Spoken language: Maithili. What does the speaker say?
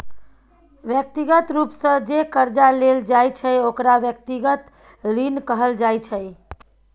व्यक्तिगत रूप सँ जे करजा लेल जाइ छै ओकरा व्यक्तिगत ऋण कहल जाइ छै